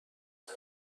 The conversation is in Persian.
زوج